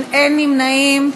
אין נמנעים.